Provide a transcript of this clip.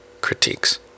critiques